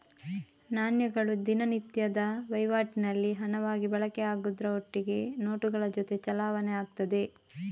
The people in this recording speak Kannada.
ನಾಣ್ಯಗಳು ದಿನನಿತ್ಯದ ವೈವಾಟಿನಲ್ಲಿ ಹಣವಾಗಿ ಬಳಕೆ ಆಗುದ್ರ ಒಟ್ಟಿಗೆ ನೋಟುಗಳ ಜೊತೆ ಚಲಾವಣೆ ಆಗ್ತದೆ